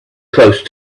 close